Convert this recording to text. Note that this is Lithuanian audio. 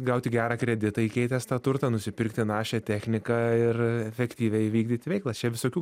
gauti gerą kreditą įkeitęs tą turtą nusipirkti našią techniką ir efektyviai vykdyti veiklą čia visokių